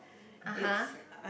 (uh huh)